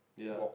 yeah